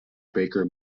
baker